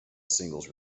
singles